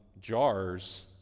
jars